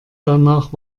danach